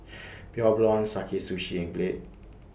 Pure Blonde Sakae Sushi and Glade